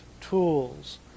tools